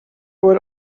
would